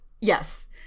yes